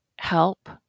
help